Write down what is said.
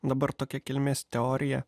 dabar tokia kilmės teorija